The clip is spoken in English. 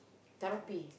therapy